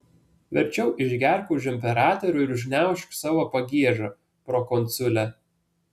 verčiau išgerk už imperatorių ir užgniaužk savo pagiežą prokonsule